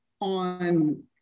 on